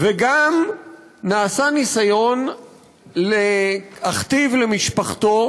וגם נעשה ניסיון להכתיב למשפחתו